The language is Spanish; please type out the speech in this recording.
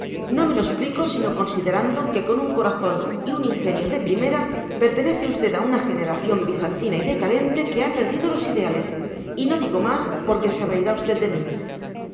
no me lo explico sino considerando que con un corazón y un ingenio de primera pertenece usted a una generación bizantina y decadente que ha perdido los ideales y no digo más porque se reirá usted de mí